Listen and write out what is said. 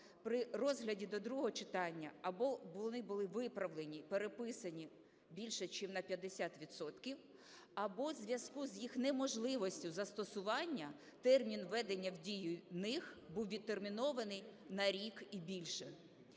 при розгляді до другого читання або вони були виправлені, переписані більше чим на 50 відсотків, або у зв'язку з їх неможливістю застосування термін введення в дію них був відтермінований на рік і більше.